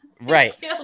Right